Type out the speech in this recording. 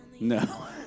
No